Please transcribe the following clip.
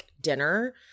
dinner